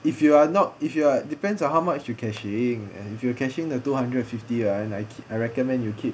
if you are not if you are depends on how much you cashing and if you are cashing the two hundred and fifty right and like I recommend you keep